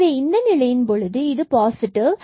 எனவே இந்த நிலையின் பொழுது இது பாசிட்டிவ்